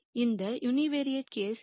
இந்த univariate case இதை δ